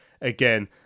again